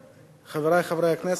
חברי חברי הכנסת,